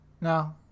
No